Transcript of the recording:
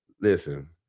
Listen